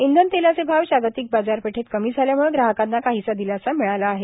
इंधन तेलाचे भाव जागतिक बाजारपेठेत कमी झाल्याम्ळं ग्राहकांना काहीसा दिलासा मिळाला आहे